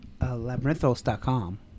labyrinthos.com